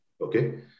okay